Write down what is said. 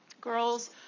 girls